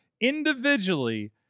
Individually